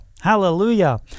Hallelujah